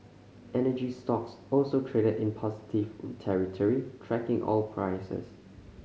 energy stocks also traded in positive territory tracking oil prices